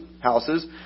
houses